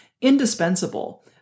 indispensable